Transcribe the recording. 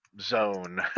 Zone